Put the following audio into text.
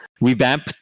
revamp